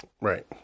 right